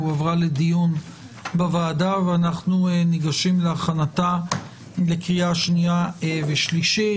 הועברה לדיון בוועדה ואנחנו ניגשים להכנתה לקריאה שנייה ושלישית.